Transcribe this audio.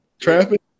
traffic